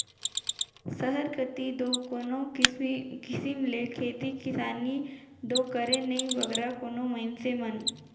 सहर कती दो कोनो किसिम ले खेती किसानी दो करें नई बगरा कोनो मइनसे मन